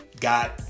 got